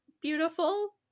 beautiful